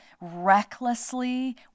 recklessly